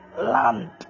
land